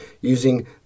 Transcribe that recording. using